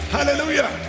Hallelujah